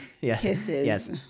kisses